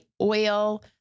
oil